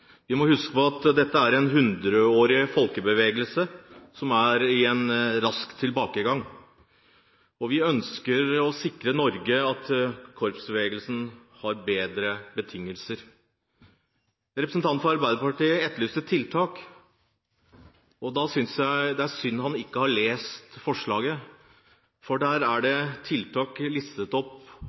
Vi må huske på at dette er en hundreårig folkebevegelse, som er i rask tilbakegang. Vi ønsker å sikre at korpsbevegelsen i Norge har bedre betingelser. Representanten fra Arbeiderpartiet etterlyste tiltak. Da synes jeg det er synd han ikke har lest forslaget. For der er det listet opp